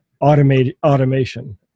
automation